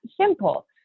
simple